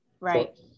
right